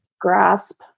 grasp